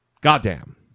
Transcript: Goddamn